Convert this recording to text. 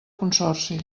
consorci